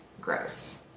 Gross